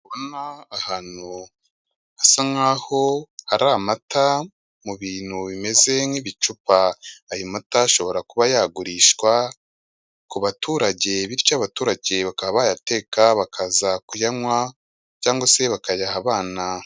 Ndi kubona ahantu hasa nkaho hari amata mu bintu bimeze nk'ibicupa, ayo mata ashobora kuba yagurishwa ku baturage, bityo abaturage bakaba bayateka bakaza kuyanywa, cyangwa se bakayaha abana.